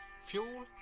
Fuel